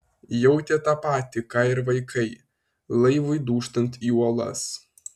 jautė tą patį ką ir vaikai laivui dūžtant į uolas